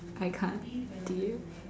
I can't deal